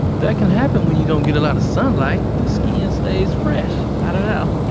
that can happen when you don't get a lot of sunlight the skin stays fresh i don't know.